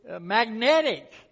magnetic